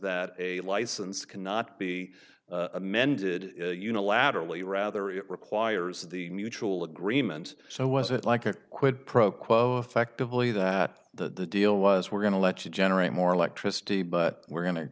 that a license cannot be amended unilaterally rather it requires the mutual agreement so was it like a quid pro quo effectively that the deal was we're going to let you generate more electricity but we're go